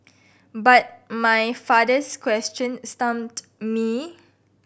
but my father's question stumped me